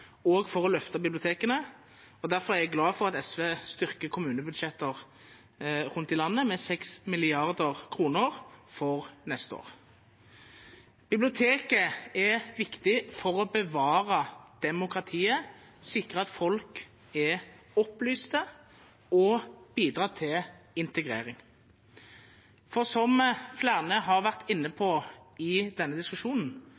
for å løfte bibliotekene. Derfor er jeg glad for at SV styrker kommunebudsjetter rundt i landet med 6 mrd. kr for neste år. Biblioteket er viktig for å bevare demokratiet, sikre at folk er opplyste, og bidra til integrering. For som flere har vært inne